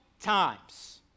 times